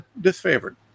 disfavored